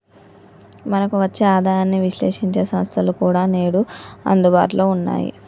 మనకు వచ్చే ఆదాయాన్ని విశ్లేశించే సంస్థలు కూడా నేడు అందుబాటులో ఉన్నాయి